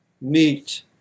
meet